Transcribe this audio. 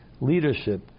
leadership